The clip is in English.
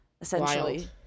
essentially